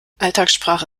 alltagssprache